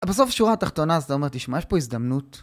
בסוף שורה התחתונה אז אתה אומר תשמע יש פה הזדמנות